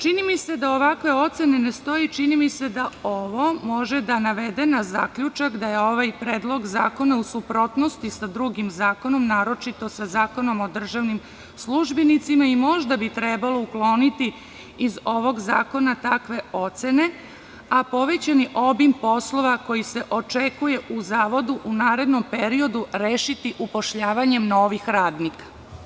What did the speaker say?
Čini mi se da ovakve ocene ne stoje i čini mi se da ovo može da navede na zaključak da je ovaj predlog zakona u suprotnosti sa drugim zakonom, naročito sa Zakonom o državnim službenicima i možda bi trebalo ukloniti iz ovog zakona takve ocene, a povećani obim poslova koji se očekuje u Zavodu u narednom periodu rešiti upošljavanjem novih radnika.